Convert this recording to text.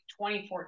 2014